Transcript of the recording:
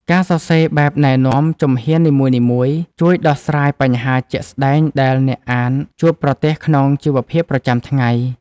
ការសរសេរបែបណែនាំជំហាននីមួយៗ ជួយដោះស្រាយបញ្ហាជាក់ស្តែងដែលអ្នកអានជួបប្រទះក្នុងជីវភាពប្រចាំថ្ងៃ។